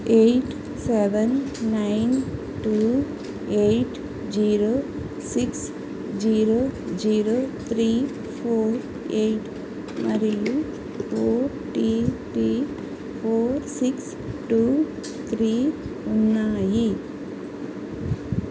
eight seven nine two eight zero six zero zero three four eight మరియు OTP four six two three ఉన్నాయి